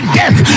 death